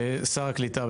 שר הקליטה,